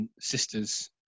sister's